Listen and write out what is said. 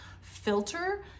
filter